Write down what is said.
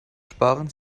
sparen